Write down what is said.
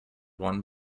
won